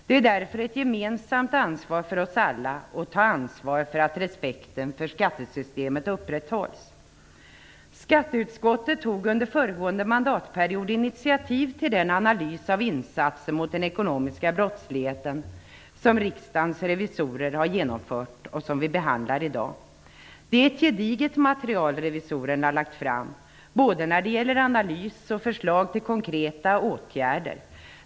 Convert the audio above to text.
Det är därför ett gemensamt ansvar för oss alla att respekten för skattesystemet upprätthålls. Skatteutskottet tog under föregående mandatperiod initiativ till den analys av insatser mot den ekonomiska brottsligheten som Riksdagens revisorer har genomfört och som vi behandlar i dag. Det är ett gediget material revisorerna lagt fram - både när det gäller analys och förslag till konkreta åtgärder.